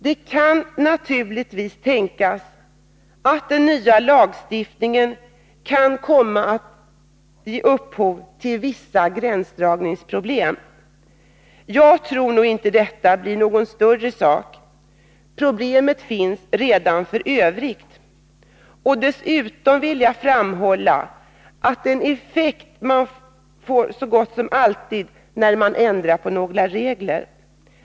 Det kan naturligtvis tänkas att den nya lagstiftningen kan komma att ge upphov till vissa gränsdragningsproblem. Jag tror nu inte att detta blir någon större sak — problemet finns redan f. ö. —- och dessutom vill jag framhålla att den effekten får man så gott som alltid när regler ändras.